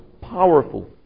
powerful